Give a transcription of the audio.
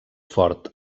fort